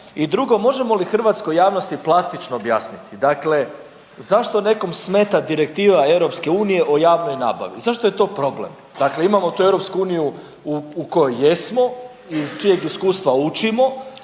I drugo, možemo li hrvatskoj javnosti plastično objasniti. Dakle, zašto nekom smeta direktiva EU o javnoj nabavi? Zašto je to problem. Dakle, imamo tu EU u kojoj jesmo, iz čijeg iskustva učimo